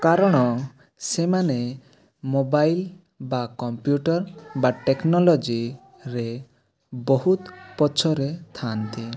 କାରଣ ସେମାନେ ମୋବାଇଲ ବା କମ୍ପ୍ୟୁଟର୍ ବା ଟେକ୍ନୋଲୋଜିରେ ବହୁତ ପଛରେ ଥାଆନ୍ତି